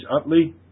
Utley